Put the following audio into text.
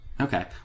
Okay